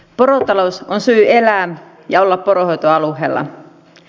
porotalous on syy elää ja olla poronhoitoalueella